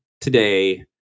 today